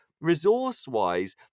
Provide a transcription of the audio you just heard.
resource-wise